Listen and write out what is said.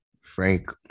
frank